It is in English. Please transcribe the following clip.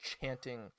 chanting